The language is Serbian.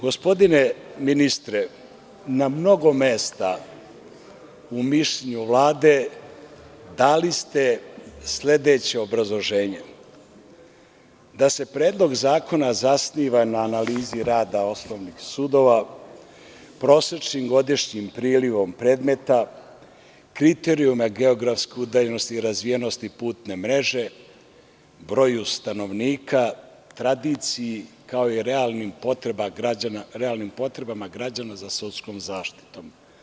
Gospodine ministre, na mnogo mesta u mišljenju Vlade dali ste sledeće obrazloženje – da se Predlog zakona zasniva na analizi rada osnovnih sudova, prosečnim godišnjim prilivom predmeta, kriterijuma geografske udaljenosti i razvijenosti putne mreže, broju stanovnika, tradiciji kao i realnim potrebama građana za sudskom zaštitom.